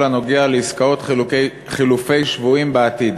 הנוגע לעסקאות חילופי שבויים בעתיד.